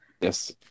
yes